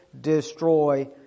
destroy